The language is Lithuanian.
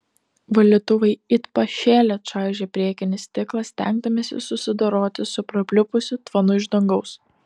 valytuvai it pašėlę čaižė priekinį stiklą stengdamiesi susidoroti su prapliupusiu tvanu iš dangaus